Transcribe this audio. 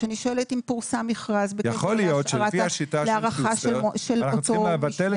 אני שואלת אם פורסם מכרז להארכה של אותו משנה.